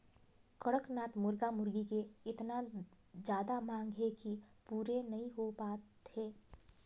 कड़कनाथ मुरगा मुरगी के एतना जादा मांग हे कि पूरे नइ हो पात हे